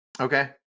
okay